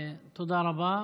תודה רבה.